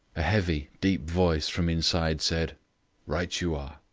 a heavy, deep voice from inside said right you are.